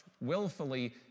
willfully